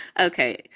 Okay